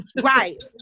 Right